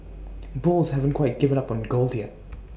bulls haven't quite given up on gold yet